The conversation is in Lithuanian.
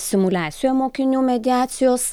simuliacijoje mokinių mediacijos